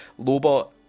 Lobot